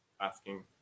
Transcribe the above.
asking